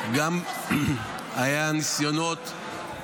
היו ניסיונות,